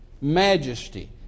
Majesty